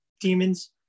demons